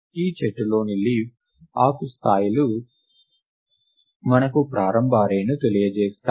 ఈ చెట్టులోని లీఫ్ ఆకు స్థాయిలు మనకు ప్రారంభ అర్రే ని తెలియజేస్తాయి